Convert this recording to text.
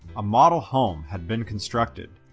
a model home had been constructed,